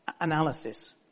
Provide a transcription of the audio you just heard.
analysis